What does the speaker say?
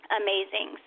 amazing